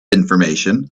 information